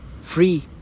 free